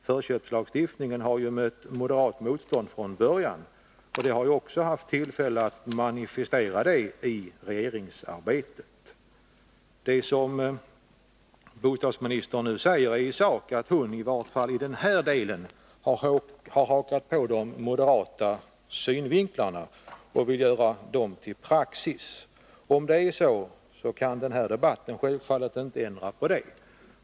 Förköpslagstiftningen har ju mött motstånd från moderaterna från början, och de har också haft tillfälle att manifestera det i regeringsarbetet. Det bostadsministern nu säger är i sak att hon, i vart fall i den här delen, har hakat på de moderata ståndpunkterna och vill göra dem till praxis. Om det är så kan den här debatten självfallet inte åstadkomma någon ändring.